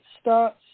starts